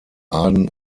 aden